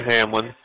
Hamlin